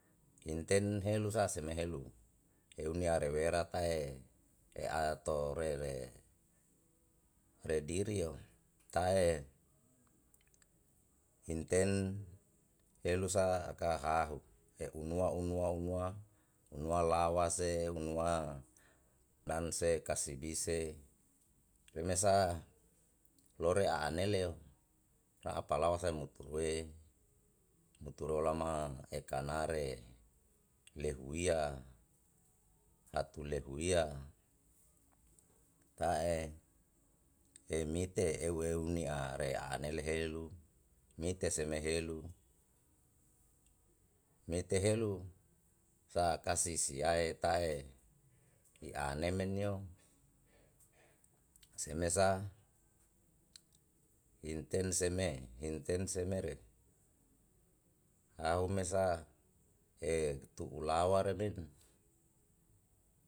Inten helu sa seme helu eu nia re'e wera tae atore re redirio tae inten elu sa aka hahu he'u nua unua unua unua lawase unua nanse kasibi se wemesa lore a'aneleo ra'apalawa sae muturue muturue olama kanare lehuia hatu lehuwia ta'e emite eu eu nia re a'a nele helu mite seme helu mite helu sa kasi siae ta'e iane menio semesa inten seme inten semere au mesa tu'u lawa reren.